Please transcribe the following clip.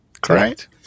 Correct